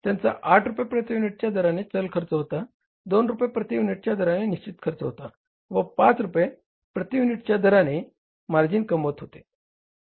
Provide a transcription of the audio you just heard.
त्यांचा 8 रुपये प्रती युनिटच्या दराने चल खर्च होता दोन रुपये प्रती युनिटच्या दराने निश्चित खर्च होता व 5 रुपये प्रती युनिटच्या दराने मार्जिन कमवत होते